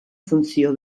funtzio